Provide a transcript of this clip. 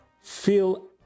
feel